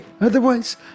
otherwise